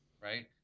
right